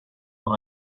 dans